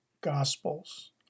Gospels